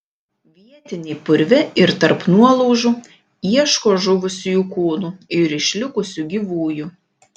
vietiniai purve ir tarp nuolaužų ieško žuvusiųjų kūnų ir išlikusių gyvųjų